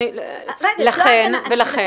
ולכן?